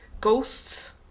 ghosts